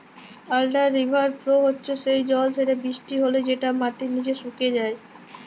under river flow হচ্যে সেই জল যেটা বৃষ্টি হলে যেটা মাটির নিচে সুকে যায়